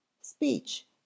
Speech